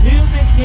Music